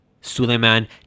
Suleiman